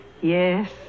Yes